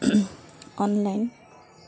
online